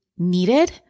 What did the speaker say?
needed